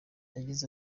yagize